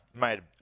made